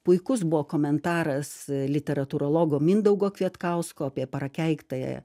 puikus buvo komentaras literatūrologo mindaugo kvietkausko apie prakeiktąją